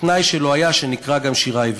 התנאי שלו היה שנקרא גם שירה עברית.